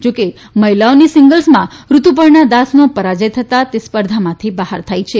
જોકે મહિલાઓની સિંગલ્સમાં રીતુપર્ણા દાસનો પરાજ્ય થતાં સ્પર્ધામાંથી બહાર થઈ છે